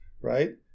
right